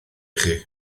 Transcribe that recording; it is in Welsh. chi